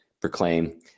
proclaim